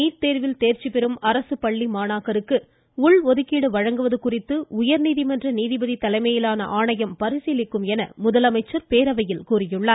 NEET தேர்வில் தேர்ச்சி பெறும் அரசு பள்ளி மாணாக்கருக்கு தமிழகத்தில் உள்ஒதுக்கீடு வழங்குவது குறித்து உயர்நீதிமன்ற நீதிபதி தலைமையிலான ஆணையம் பரிசீலிக்கும் என முதலமைச்சர் பேரவையில் கூறியுள்ளார்